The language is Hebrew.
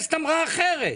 הכנסת אמרה אחרת,